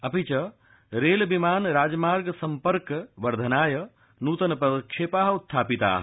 अपि च रेल विमान राजमार्ग सम्पर्क वर्धनाय नूतन पदक्षेपाः उत्थापिताः